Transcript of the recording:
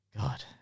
God